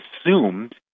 assumed